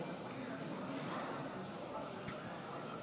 חברי הכנסת,